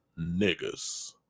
Niggas